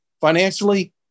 financially